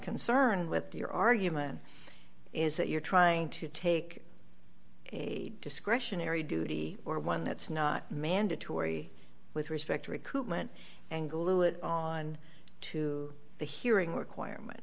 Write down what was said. concern with your argument is that you're trying to take a discretionary duty or one that's not mandatory with respect recoupment and glue it on to the hearing requirement